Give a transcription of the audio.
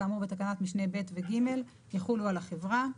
כאמור בתקנת משנה ב' ו-ג' יחולו על החברה.